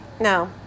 No